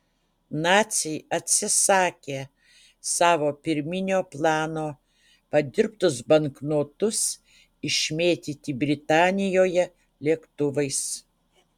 naciai atsisakė savo pirminio plano padirbtus banknotus išmėtyti britanijoje lėktuvais